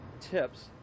tips